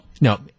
No